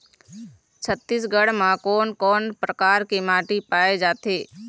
छत्तीसगढ़ म कोन कौन प्रकार के माटी पाए जाथे?